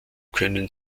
können